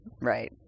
right